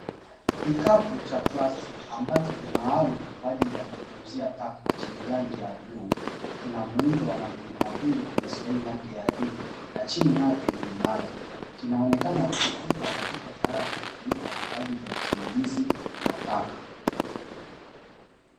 Kikapu cha plastiki ambacho ni maalumu kwa ajili ya kutunzia taka chenye rangi ya bluu, kina muundo wa matundumatundu kwenye sehemu yake ya juu na chini yake ni imara, kinaonekana kusafishwa na kipo tayari kutumika kwa ajili ya usimamaizi wa taka.